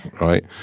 right